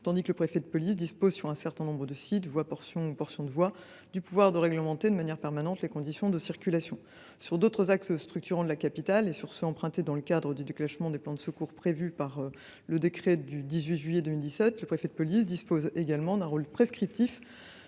tandis que le préfet de police dispose, sur un certain nombre de sites, voies ou portions de voies, du pouvoir de réglementer de manière permanente les conditions de circulation. Sur d’autres axes structurants de la capitale, ainsi que sur ceux qui sont empruntés dans le cadre du déclenchement des plans de secours prévus par le décret du 18 juillet 2017, le préfet de police dispose d’un rôle prescriptif